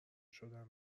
شدم